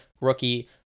rookie